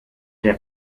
der